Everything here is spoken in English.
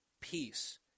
peace